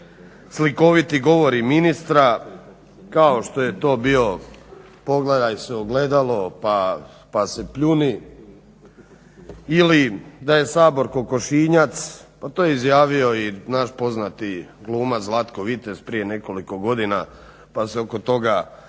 slikoviti govori ministra kao što je to bio pogledaj se u ogledalo pa se pljuni ili da je Sabor kokošinjac pa to je izjavio i naš poznati glumac Zlatko Vitez prije nekoliko godina pa se oko toga